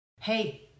Hey